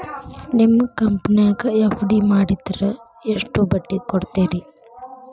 ನಿಮ್ಮ ಕಂಪನ್ಯಾಗ ಎಫ್.ಡಿ ಮಾಡಿದ್ರ ಎಷ್ಟು ಬಡ್ಡಿ ಕೊಡ್ತೇರಿ?